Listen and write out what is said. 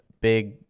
big